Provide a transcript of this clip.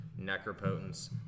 Necropotence